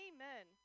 Amen